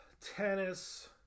tennis